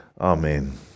Amen